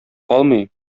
калмый